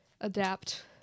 adapt